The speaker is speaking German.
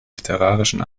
literarischen